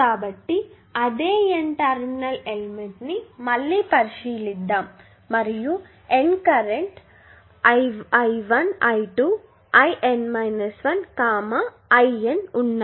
కాబట్టి అదే N terminal element ని మళ్ళీ పరిశీలిద్దాం మరియు N current I1I2 IN 1IN ఉన్నాయి